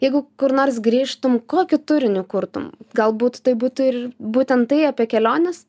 jeigu kur nors grįžtum kokį turinį kurtum galbūt tai būtų ir būtent tai apie keliones